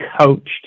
coached